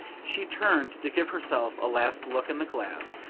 she turned to give herself a last look in the glass,